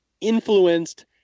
influenced